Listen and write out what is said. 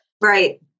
right